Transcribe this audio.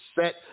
set